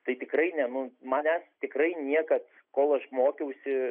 tai tikrai ne nu manęs tikrai niekas kol aš mokiausi